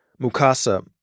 Mukasa